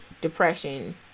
depression